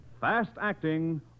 fast-acting